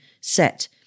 set